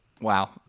Wow